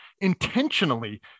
intentionally